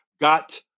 got